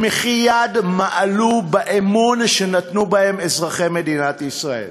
במחי יד מעלו באמון שנתנו בהם אזרחי מדינת ישראל.